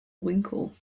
winkle